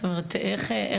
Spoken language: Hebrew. זאת אומרת, איך?